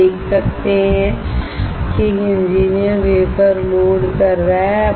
आप देख सकते हैं कि एक इंजीनियर वेफर लोड कर रहा है